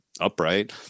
upright